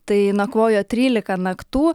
tai nakvojo trylika naktų